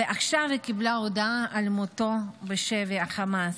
ועכשיו היא קיבלה הודעה על מותו בשבי החמאס.